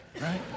right